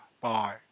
Bye